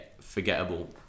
forgettable